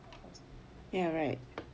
ya right